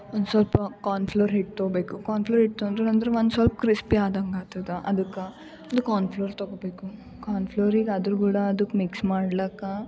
ಒಂದು ಸ್ವಲ್ಪ corn flour ಹಿಟ್ಟು ತೋಬೇಕು ಕಾನ್ ಫ್ಲೋರ್ ಹಿಟ್ಟು ತೊಂದಿಲ್ಲ ಅಂದರು ಒಂದು ಸ್ವಲ್ಪ್ ಕ್ರಿಸ್ಪಿ ಆದಂಗೆ ಆತದ ಅದುಕ್ಕೆ ಒಂದು ಕಾನ್ ಫ್ಲೋರ್ ತಗೋಬೇಕು ಕಾನ್ ಫ್ಲೋರಿಗೆ ಅದ್ರ ಕೂಡ ಅದುಕ್ಕೆ ಮಿಕ್ಸ್ ಮಾಡ್ಲಾಕ